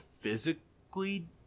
physically